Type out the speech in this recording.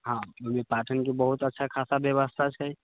हाँ ओहिमे पाठनके बहुत अच्छा खासा बेबस्था छै